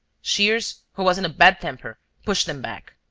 shears, who was in a bad temper, pushed them back.